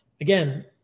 again